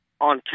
on